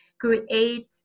create